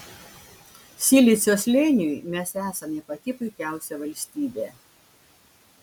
silicio slėniui mes esame pati puikiausia valstybė